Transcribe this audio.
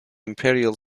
imperial